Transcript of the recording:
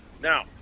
now